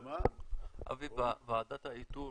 אבי, ועדת האיתור